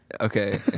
Okay